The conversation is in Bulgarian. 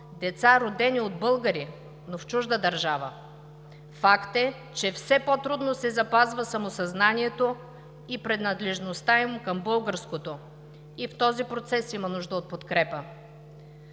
деца, родени от българи, но в чужда държава. Факт е, че все по-трудно се запазва самосъзнанието и принадлежността им към българското и този процес има нужда от подкрепа.